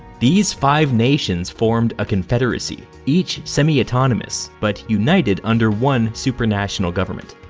these five nations formed a confederacy, each semi-autonomous, but united under one supranational government.